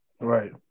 Right